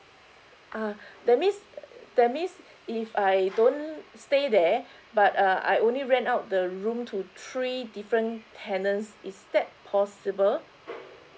uh that means that means if I don't stay there but uh I only rent out the room to three different tenants is that possible